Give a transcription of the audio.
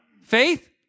Faith